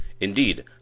indeed